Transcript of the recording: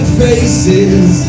faces